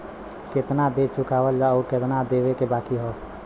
केतना दे चुकला आउर केतना देवे के बाकी हौ